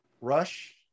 Rush